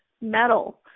metal